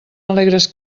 alegres